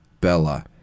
Bella